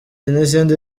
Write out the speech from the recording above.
n’izindi